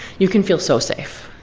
you can feel so safe.